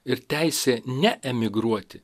ir teisė neemigruoti